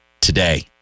today